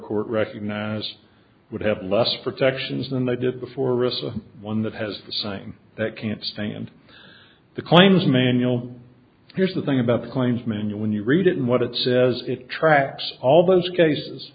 court recognize would have less protections than they did before us the one that has the saying that can't stand the coins manual here's the thing about the claims manual when you read it and what it says it tracks all those cases